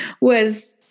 was-